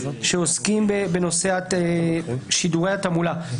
ועוסקים בנושא שידורי התעמולה.